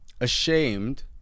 ashamed